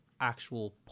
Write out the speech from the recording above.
actual